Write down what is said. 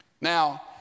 Now